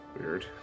weird